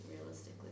realistically